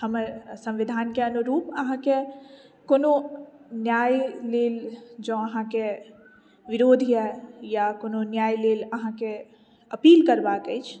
हमर संविधानके अनुरूप अहाँकेँ कोनो न्याय लेल जँ अहाँके विरोध या या कोनो न्याय लेल अहाँके अपील करबाक अछि